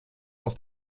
aus